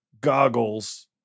goggles